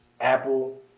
apple